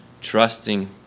trusting